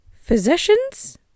physicians